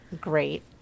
great